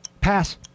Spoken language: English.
Pass